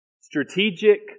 strategic